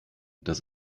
das